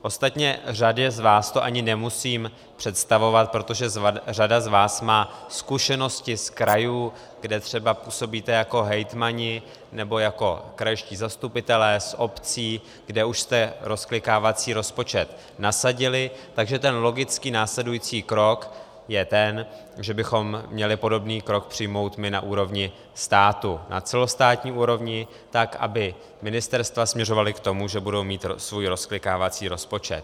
Ostatně řadě z vás to ani nemusím představovat, protože řada z vás má zkušenosti z krajů, kde třeba působíte jako hejtmani nebo jako krajští zastupitelé, z obcí, kde už jste rozklikávací rozpočet nasadili, takže ten logický následující krok je ten, že bychom měli podobný krok přijmout my na úrovni státu, na celostátní úrovni, tak aby ministerstva směřovala k tomu, že budou mít svůj rozklikávací rozpočet.